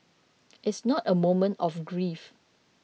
it's not a moment of grief